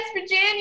virginia